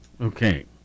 Okay